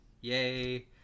Yay